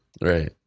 right